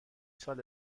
سال